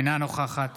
אינה נוכחת